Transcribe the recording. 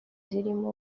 zirimo